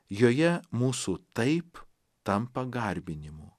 joje mūsų taip tampa garbinimu